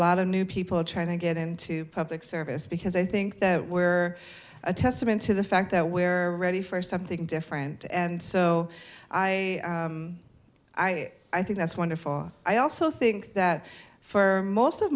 lot of new people trying to get into public service because i think that where a testament to the fact that where ready for something different and so i i i think that's wonderful i also think that for most of